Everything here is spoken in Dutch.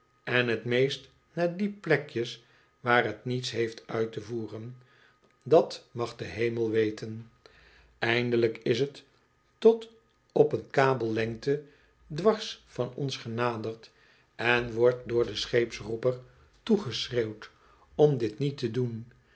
en het meest naar die plekjes waar het niets heeft uit te voeren dat mag de hemel weten eindelijk is het tot op een kabellengte dwars van ons genaderd en wordt door den scheepsroeper toegeschreeuwd om dit niet te doen